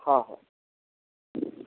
हा हा